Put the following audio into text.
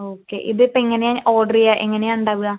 okay ഇത് ഇപ്പോൾ എങ്ങനെയാണ് ഓർഡറ് ചെയ്യുക എങ്ങനെയാണ് ഉണ്ടാവുക